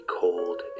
cold